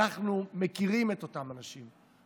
אנחנו מכירים את אותם אנשים,